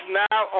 now